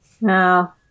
No